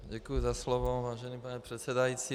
Děkuji za slovo, vážený pane předsedající.